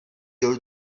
your